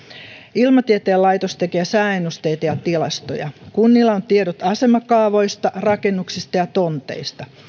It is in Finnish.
ilmatieteen laitos tekee sääennusteita ja tilastoja kunnilla on tiedot asemakaavoista rakennuksista ja tonteista